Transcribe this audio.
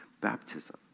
baptism